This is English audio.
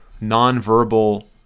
non-verbal